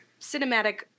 cinematic-